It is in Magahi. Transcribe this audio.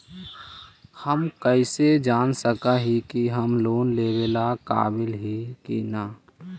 हम कईसे जान सक ही की हम लोन लेवेला काबिल ही की ना?